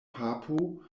papo